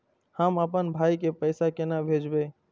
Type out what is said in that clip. हम आपन भाई के पैसा केना भेजबे?